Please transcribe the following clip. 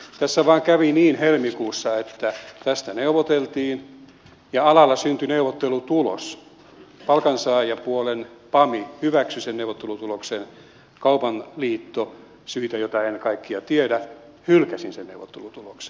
tässä vain kävi niin helmikuussa että tästä neuvoteltiin ja alalla syntyi neuvottelutulos palkansaajapuolen pam hyväksyi sen neuvottelutuloksen kaupan liitto syistä joita en kaikkia tiedä hylkäsi sen neuvottelutuloksen